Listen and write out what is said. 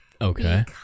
Okay